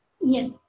Yes